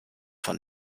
von